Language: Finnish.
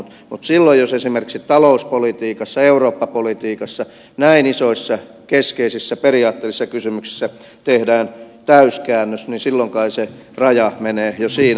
mutta silloin jos esimerkiksi talouspolitiikassa eurooppa politiikassa näin isoissa keskeisissä periaatteellisissa kysymyksissä tehdään täyskäännös niin silloin kai se raja menee jo siinä